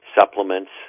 Supplements